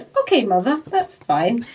okay, mother. that's fine.